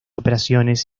operaciones